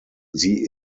sie